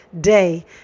day